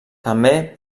també